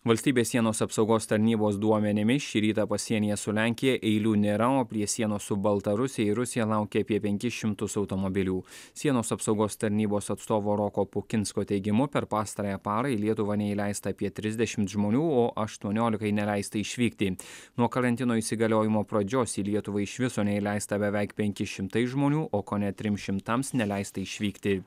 valstybės sienos apsaugos tarnybos duomenimis šį rytą pasienyje su lenkija eilių nėra o prie sienos su baltarusija ir rusija laukia apie penkis šimtus automobilių sienos apsaugos tarnybos atstovo roko pukinsko teigimu per pastarąją parą į lietuvą neįleista apie trisdešimt žmonių o aštuoniolikai neleista išvykti nuo karantino įsigaliojimo pradžios į lietuvą iš viso neįleista beveik penki šimtai žmonių o kone trim šimtams neleista išvykti